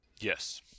Yes